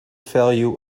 value